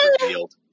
revealed